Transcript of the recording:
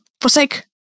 Forsake